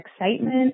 excitement